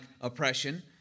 oppression